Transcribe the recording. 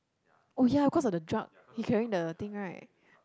oh ya because of the drug he carrying the thing right